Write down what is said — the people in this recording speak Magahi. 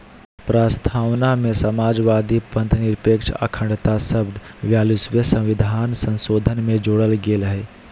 प्रस्तावना में समाजवादी, पथंनिरपेक्ष, अखण्डता शब्द ब्यालिसवें सविधान संशोधन से जोरल गेल हइ